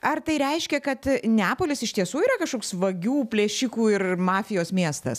ar tai reiškia kad neapolis iš tiesų yra kažkoks vagių plėšikų ir mafijos miestas